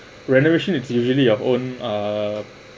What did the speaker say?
renovation it's usually your own uh